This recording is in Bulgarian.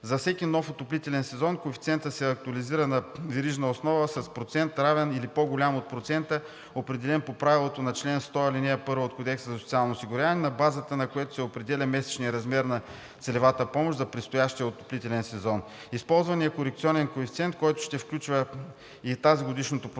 За всеки нов отоплителен сезон коефициентът се актуализира на верижна основа с процент, равен или по-голям от процента, определен по правилото на чл. 100, ал. 1 от Кодекса за социално осигуряване, на базата на което се определя месечният размер на целевата помощ за предстоящия отоплителен сезон. Използваният корекционен коефициент, който ще включва и тазгодишното процентно